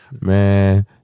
Man